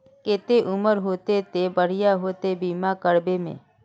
केते उम्र होते ते बढ़िया होते बीमा करबे में?